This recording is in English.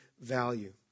value